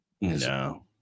No